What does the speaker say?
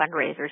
fundraisers